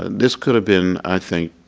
this could have been, i think,